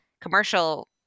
commercial